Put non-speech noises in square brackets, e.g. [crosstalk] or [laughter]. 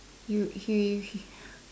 you he [breath]